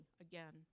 again